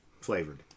flavored